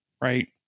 Right